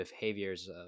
behaviors